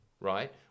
right